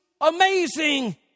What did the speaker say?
amazing